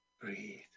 Breathe